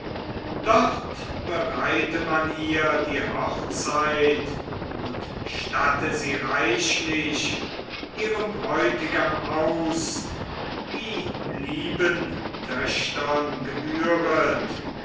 dort bereite man ihr die hochzeit und statte sie reichlich ihrem bräutigam aus wie lieben töchtern gebühret